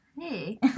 Hey